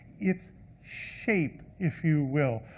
it's shape, if you will.